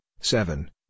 Seven